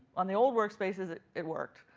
on the old work spaces it it worked.